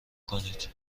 کنید